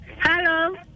Hello